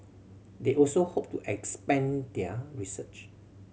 they also hope to expand their research